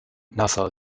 nassau